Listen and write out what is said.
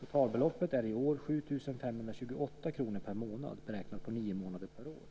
Totalbeloppet är i år 7 528 kr per månad, beräknat på nio månader per år.